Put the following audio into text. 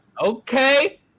Okay